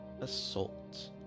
assault